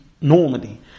normally